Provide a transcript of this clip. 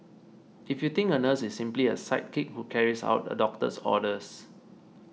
if you think a nurse is simply a sidekick who carries out a doctor's orders